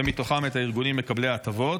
ומתוכם את הארגונים מקבלי ההטבות.